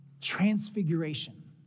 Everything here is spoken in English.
transfiguration